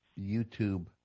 YouTube